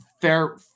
Fair